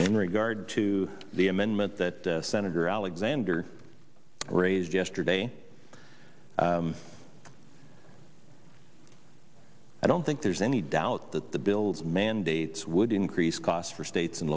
in regard to the amendment that senator alexander raised yesterday i don't think there's any doubt that the bill's mandates would increase costs for states